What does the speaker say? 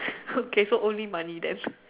okay so only money then